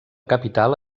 capital